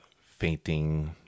fainting